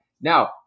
Now